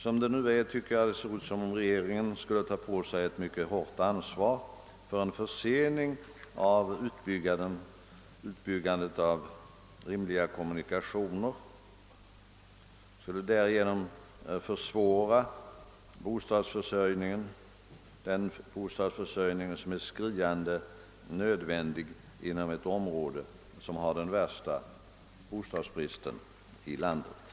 För närvarande ser det ut som om regeringen skulle ta på sig ett mycket stort ansvar genom en försening av utbyggandet av en rimlig kommunikationsförsörjning. Man skulle därigenom försvåra den nödvändiga bostadsförsörjningen inom ett område med den värsta bostadsbristen i vårt land.